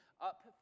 up